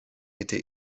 été